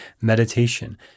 meditation